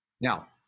Now